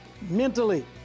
mentally